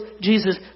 Jesus